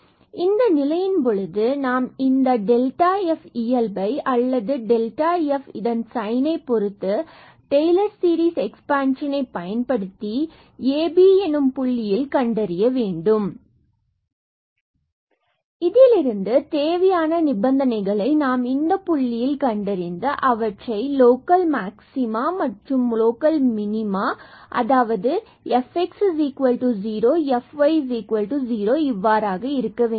எனவே இந்த நிலையின் பொழுது நாம் இதன் delta f இயல்பை அல்லது f இதன் சைன் பொறுத்து டெய்லர் சீரிஸ் எக்ஸ்பேன்சனை பயன்படுத்தி ab எனும் புள்ளியில் கண்டறிய வேண்டும் மற்றும் இதிலிருந்து தேவையான நிபந்தனைகளை இந்த புள்ளிகளில் நாம் கண்டறிந்து அவற்றை லோக்கல் மாக்ஸிமா மற்றும் அல்லது மினிமா அதாவது fxab and fyab 0 இவ்வாறாக இருக்க வேண்டும்